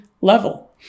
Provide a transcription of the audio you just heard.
level